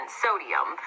sodium